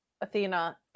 Athena